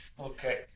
okay